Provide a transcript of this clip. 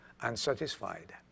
unsatisfied